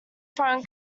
foreign